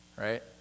right